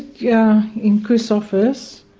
yeah in chris' office